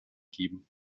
geben